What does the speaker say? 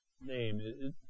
name